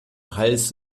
hals